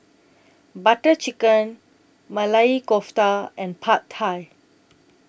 Butter Chicken Maili Kofta and Pad Thai